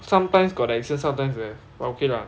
sometimes got the accent sometimes very okay lah